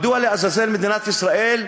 מדוע לעזאזל מדינת ישראל,